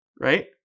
right